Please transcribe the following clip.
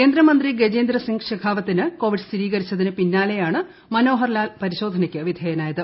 കേന്ദ്രമന്ത്രി ഗജേന്ദർ സിംഗ് ശെഖാവത്തിന് കോവിഡ് സ്ഥിരീകരിച്ചതിന് പിന്നാലെയാണ് മനോഹർ ലാൽ പരിശോധനയ്ക്ക് വിധേയനായത്